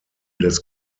des